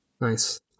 Nice